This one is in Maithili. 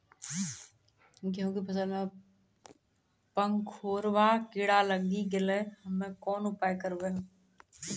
गेहूँ के फसल मे पंखोरवा कीड़ा लागी गैलै हम्मे कोन उपाय करबै?